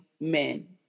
men